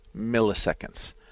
milliseconds